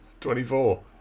24